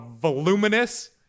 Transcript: voluminous